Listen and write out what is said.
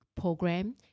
program